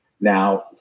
now